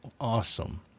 awesome